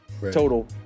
total